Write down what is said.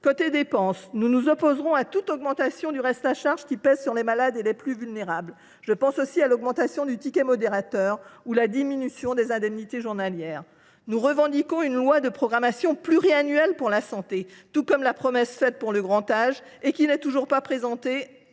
Côté dépenses, nous nous opposerons à toute augmentation du reste à charge qui pèse sur les malades et sur les plus vulnérables. Je pense à la hausse du ticket modérateur ou à la diminution des indemnités journalières. Nous revendiquons une loi de programmation pluriannuelle pour la santé, tout comme une loi pour le grand âge, promise, mais toujours pas présentée